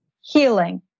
Healing